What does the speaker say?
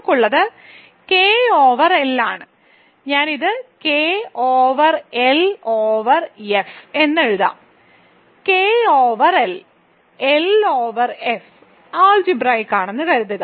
നമുക്കുള്ളത് K over L ആണ് ഞാൻ ഇത് K over L over F എന്ന് എഴുതാം K over L L over F algebraic ആണെന്ന് കരുതുക